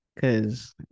Cause